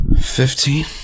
Fifteen